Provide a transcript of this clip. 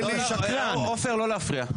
עופר, לא להפריע.